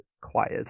quiet